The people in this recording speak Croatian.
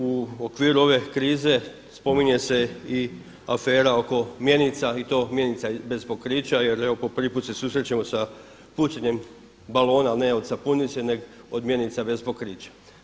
U okviru ove krize spominje se i afera oko mjenica i to mjenica bez pokrića, jer evo po prvi put se susrećemo sa pucanjem balona, ali ne od sapunice nego od mjenica bez pokrića.